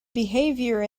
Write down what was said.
behavior